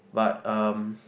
but um